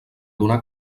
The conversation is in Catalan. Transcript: donar